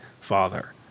Father